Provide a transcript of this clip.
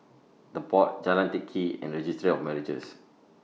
The Pod Jalan Teck Kee and Registry of Marriages